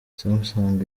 samsung